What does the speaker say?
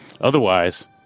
Otherwise